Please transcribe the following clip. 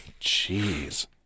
Jeez